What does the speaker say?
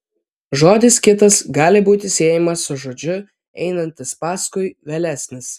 žodis kitas gali būti siejamas su žodžiu einantis paskui vėlesnis